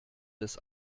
des